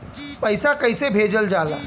पैसा कैसे भेजल जाला?